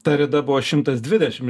ta rida buvo šimtas dvidešim